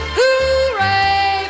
Hooray